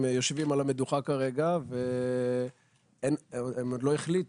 יושבים על המדוכה כרגע והם עוד לא החליטו,